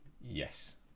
yes